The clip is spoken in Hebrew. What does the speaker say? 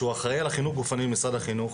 שהוא אחראי על החינוך גופני במשרד החינוך,